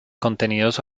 contenidos